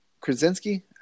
Krasinski